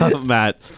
Matt